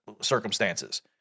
circumstances